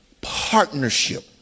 partnership